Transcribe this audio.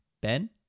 Ben